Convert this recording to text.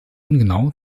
ungenau